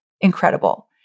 incredible